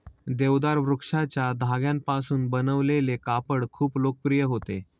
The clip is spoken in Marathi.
देवदार वृक्षाच्या धाग्यांपासून बनवलेले कापड खूप लोकप्रिय होते